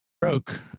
broke